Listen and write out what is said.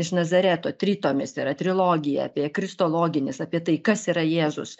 iš nazareto tritomis yra trilogija apie kristologinis apie tai kas yra jėzus